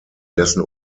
dessen